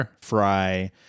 Fry